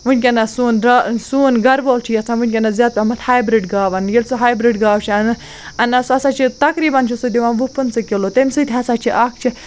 وٕنۍکٮ۪نَس سون درٛا سون گَرٕوول چھِ یَژھان وٕنۍکٮ۪نَس زیادٕ پَہمَتھ ہایبرٛڈ گاو اَنٕںۍ ییٚلہِ سُہ ہایبرٛڈ گاو چھِ اَنان اَنان سُہ ہَسا چھِ تقریٖباً چھِ سۄ دِوان وُہ پٕنٛژٕ کِلوٗ تمہِ سۭتۍ ہَسا چھِ اَکھ چھِ